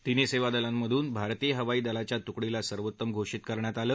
तिन्ही सेवादलांमधून भारतीय हवाई दलाच्या तुकडीला सर्वोत्तम घोषित करण्यात आलं